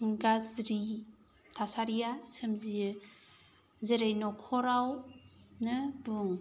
गाज्रि थासारिया सोमजियो जेरै न'खरावनो बुं